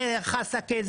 זה חסק'ה,